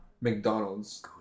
McDonald's